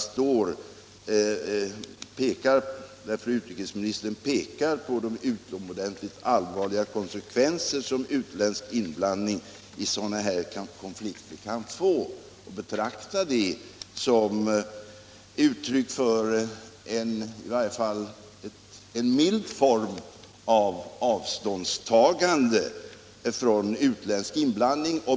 I svaret pekar fru utrikesministern på de utomordentligt allvarliga konsekvenser som en utländsk inblandning i konflikter av detta slag kan få, och jag betraktar det som ett uttryck för i varje fall en mild form av avståndstagande från en utländsk inblandning.